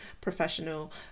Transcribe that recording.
professional